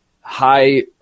high